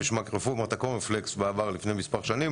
בשמה כרפורמת הקורנפלקס לפני מספר שנים,